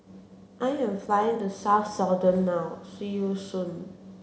I am flying to South Sudan now see you soon